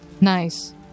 Nice